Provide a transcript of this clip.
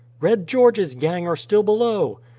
red george's gang are still below.